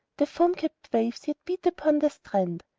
the foam-capped waves yet beat upon the strand,